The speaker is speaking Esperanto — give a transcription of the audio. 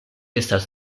estas